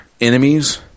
enemies